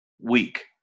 week